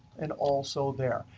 and also there.